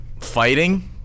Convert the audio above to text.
fighting